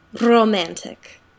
romantic